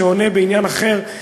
שעונה בעניין אחר,